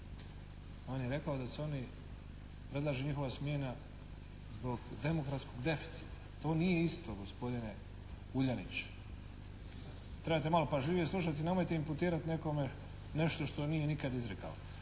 On je rekao da su oni, predlaže njihova smjena zbog demokratskog deficita, to nije isto gospodine Vuljanić. Trebate malo pažljivije slušati i nemojte imputirati nekome nešto što nije nikad izrekao.